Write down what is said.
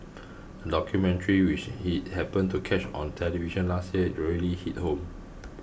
a documentary which he happened to catch on television last year really hit home